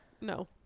No